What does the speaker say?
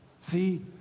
See